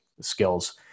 skills